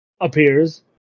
appears